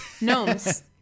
gnomes